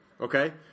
okay